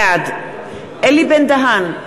בעד אלי בן-דהן,